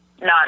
none